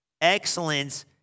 excellence